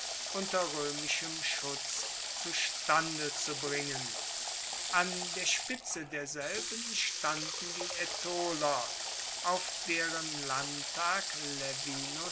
unter roemischem schutz zustande zu bringen an der spitze derselben standen die aetoler auf deren landtag laevinus